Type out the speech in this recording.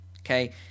okay